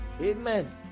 amen